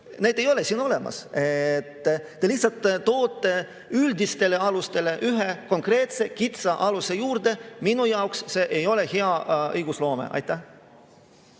Neid ei ole siin olemas. Te lihtsalt toote üldistele alustele ühe konkreetse kitsa aluse juurde. Minu arvates see ei ole hea õigusloome. Ma